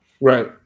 Right